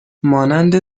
مانند